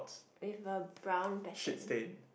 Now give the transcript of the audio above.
with a brown pattern